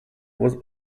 was